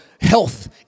health